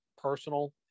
personal